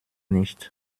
nicht